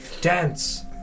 Dance